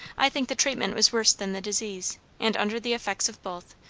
i think the treatment was worse than the disease and under the effects of both,